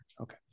Okay